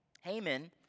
Haman